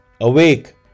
awake